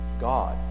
God